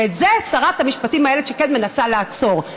ואת זה שרת המשפטים איילת שקד מנסה לעצור.